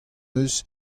eus